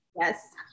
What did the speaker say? Yes